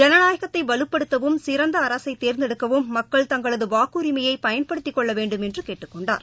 ஜனநாயகத்தை வலுப்படுத்தவும் சிறந்த அரசை தேர்ந்தெடுக்கவும் மக்கள் தங்களது வாக்குரிமையை பயன்படுத்திக் கொள்ள வேண்டும் என்று கேட்டுக்கொண்டார்